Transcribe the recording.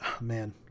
man